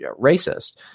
racist